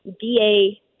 da